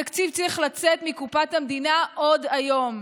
התקציב צריך לצאת מקופת המדינה עוד היום.